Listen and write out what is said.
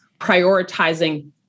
prioritizing